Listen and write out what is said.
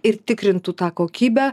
ir tikrintų tą kokybę